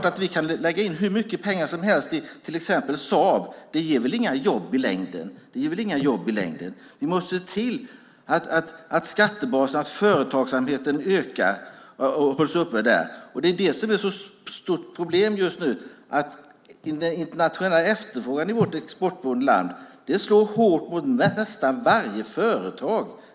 Vi kan lägga in hur mycket pengar som helst i till exempel Saab, men det ger väl inga jobb i längden? Skattebaserna och företagsamheten måste öka. Det som är ett stort problem just nu är att den internationella efterfrågan i vårt exportberoende land slår hårt mot nästan varje företag.